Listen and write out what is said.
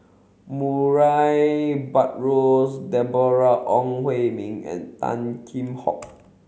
Murray Buttrose Deborah Ong Hui Min and Tan Kheam Hock